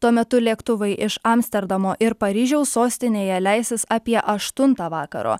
tuo metu lėktuvai iš amsterdamo ir paryžiaus sostinėje leisis apie aštuntą vakaro